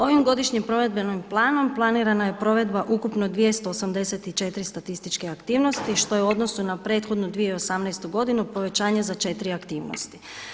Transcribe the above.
Ovim godišnjim provedbenim planom planirana je provedba ukupno 284 statističke aktivnosti, što je u odnosu na prethodnu 2018.g. povećanje za 4 aktivnosti.